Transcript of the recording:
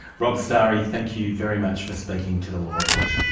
rob stary, thank you very much for speaking to the law report.